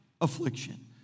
affliction